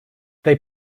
they